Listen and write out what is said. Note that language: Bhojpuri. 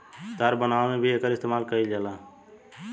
तार बनावे में भी एकर इस्तमाल कईल जाला